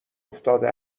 افتاده